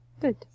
Good